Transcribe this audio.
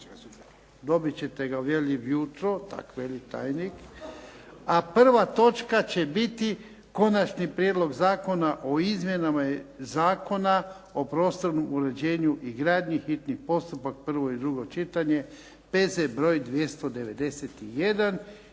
Dobit ćemo ujutro, tak veli tajnik. A prva točka će biti Konačni prijedlog Zakona o izmjenama Zakona o prostornom uređenju i gradnji, hitni postupak, prvo i drugo čitanje, P.Z. br. 291.